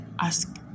ask